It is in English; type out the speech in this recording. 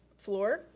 fluor,